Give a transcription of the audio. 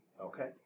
Okay